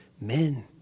men